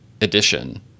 edition